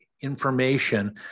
information